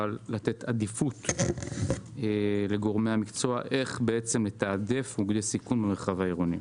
ותוכל לתת עדיפות לגורמי המקצוע איך לתעדף מוקדי סיכון במרחב העירוני.